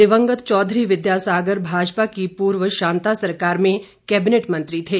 दिवंगत चौधरी विधासागर भाजपा की पूर्व शांता सरकार में कैबिनेट मंत्री थे